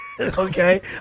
Okay